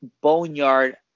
Boneyard